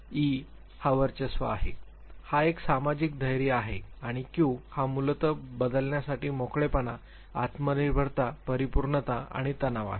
E हा वर्चस्व आहे एच हा सामाजिक धैर्य आहे आणि क्यू हा मूलतः बदलण्यासाठी मोकळेपणा आत्मनिर्भरता परिपूर्णता आणि तणाव आहे